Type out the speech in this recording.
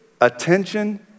Attention